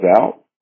out